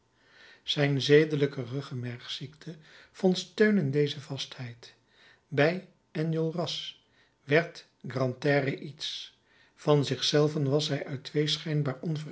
zijn zedelijke ruggemergziekte vond steun in deze vastheid bij enjolras werd grantaire iets van zich zelven was hij uit twee schijnbaar